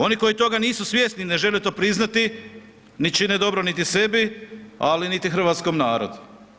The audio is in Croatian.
Oni koji toga nisu svjesni i ne žele to priznati ne čine dobro niti sebi, ali niti hrvatskom narodu.